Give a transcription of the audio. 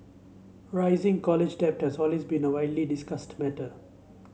rising college debt has been a widely discussed matter